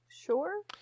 Sure